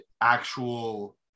actual